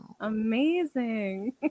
amazing